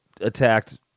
attacked